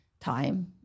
time